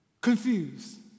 Confused